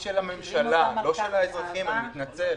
זה תפקיד שלכם, אני מתנצל.